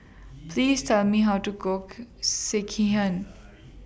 Please Tell Me How to Cook Sekihan